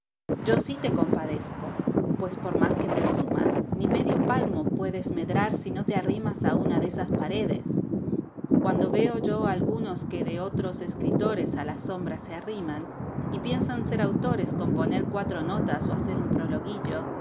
yo sí te compadezco pues por más que presumas ni medio palmo puedes medrar si no te arrimas a una de esas paredes cuando veo yo algunos que de otros escritores a la sombra se arriman y piensan ser autores con poner cuatro notas o hacer un